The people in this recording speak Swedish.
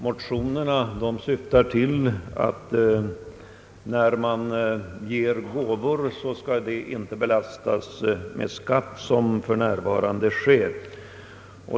Motionerna syftar till att gåvor till u-hjälp m.m. inte skall belastas med skatt, vilket för närvarande sker.